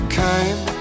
came